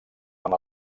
amb